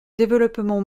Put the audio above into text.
développement